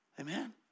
Amen